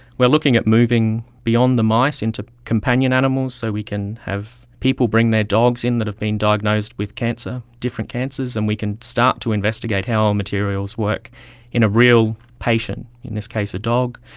we are looking at moving beyond the mice into companion animals so we can have people bring their dogs in that have been diagnosed with cancer, different cancers, and we can start to investigate how materials work in a real patient, in this case a dog.